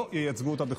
לא ייצגו אותה בחו"ל.